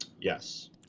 yes